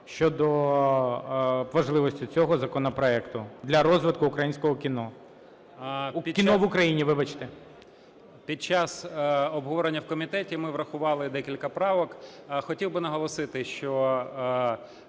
щодо важливості цього законопроекту для розвитку українського кіно. Кіно в Україні, вибачте. 16:40:03 ТКАЧЕНКО О.В. Під час обговорення в комітеті ми врахували декілька правок. Хотів би наголосити, що